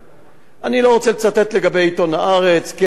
אני לא רוצה לצטט לגבי עיתון "הארץ" כן, לא, באמת.